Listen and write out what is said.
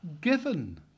given